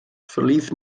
verlief